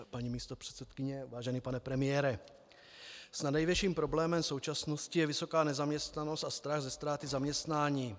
Paní místopředsedkyně, vážený pane premiére, nad největším problémem současnosti je vysoká nezaměstnanost a strach ze ztráty zaměstnání.